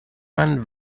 man